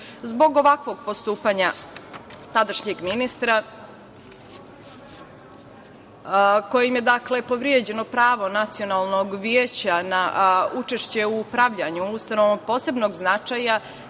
ovakvog postupanja tadašnjeg ministra kojim je povređeno pravo Nacionalnog veća na učešće u upravljanju ustanovama posebnog značaja,